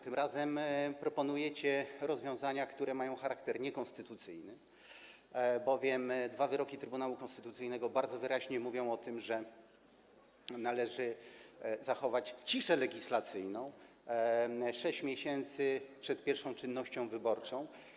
Tym razem proponujecie rozwiązania, które mają charakter niekonstytucyjny, bowiem dwa wyroki Trybunału Konstytucyjnego bardzo wyraźnie mówią o tym, że należy zachować ciszę legislacyjną na 6 miesięcy przed pierwszą czynnością wyborczą.